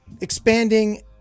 expanding